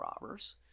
robbers